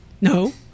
No